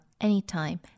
anytime